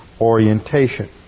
orientation